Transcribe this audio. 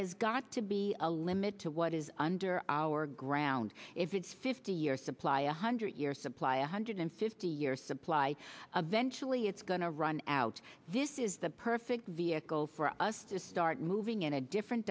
has got to be a limit to what is under our ground if it's fifty year supply a hundred year supply a hundred and fifty year supply eventuality it's going to run out this is the perfect vehicle for us to start moving in a different